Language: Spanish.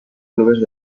clubes